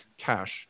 cash